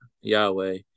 Yahweh